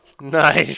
Nice